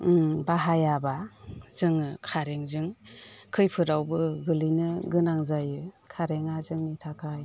ओं बाहायाब्ला जोङो कारेन्टजों खैफोदावबो गोलैनो गोनां जायो कारेन्टआ जोंनि थाखाय